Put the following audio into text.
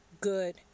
good